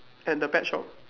and the pet shop